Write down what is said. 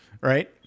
Right